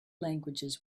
languages